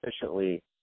efficiently